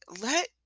let